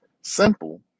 simple